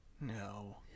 No